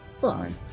Fine